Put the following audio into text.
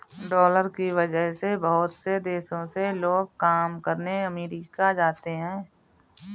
dollar की वजह से बहुत से देशों से लोग काम करने अमरीका जाते हैं